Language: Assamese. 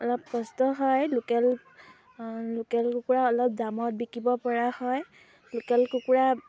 অলপ কষ্ট হয় লোকেল লোকেল কুকুৰা অলপ দামত বিকিব পৰা হয় লোকেল কুকুৰা